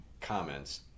comments